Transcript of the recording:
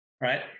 right